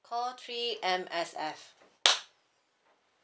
call three M_S_F